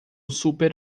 super